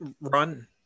run